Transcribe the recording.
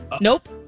Nope